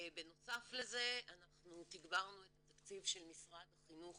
בנוסף לזה אנחנו תגברנו את ה תקציב של משרד החינוך